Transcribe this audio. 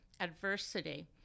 adversity